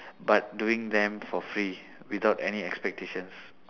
but doing them for free without any expectations